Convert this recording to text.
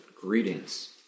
greetings